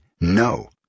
no